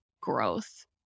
growth